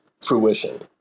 fruition